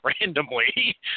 randomly